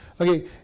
okay